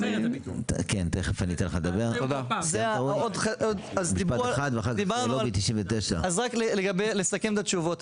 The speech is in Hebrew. משפט אחד ואחר כך לובי 99. אז רק לסכם את התשובות.